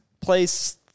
place